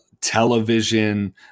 television